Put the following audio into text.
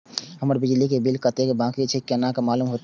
हमर बिजली के बिल कतेक बाकी छे केना मालूम होते?